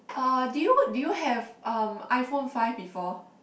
uh did you work did you have uh iPhone five before